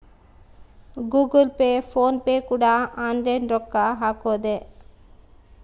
Google Pay PhonePe ಕೂಡ online ರೊಕ್ಕ ಹಕೊದೆ